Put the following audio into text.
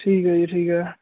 ਠੀਕ ਹੈ ਜੀ ਠੀਕ ਹੈ